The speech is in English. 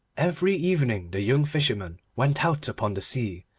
every evening the young fisherman went out upon the sea,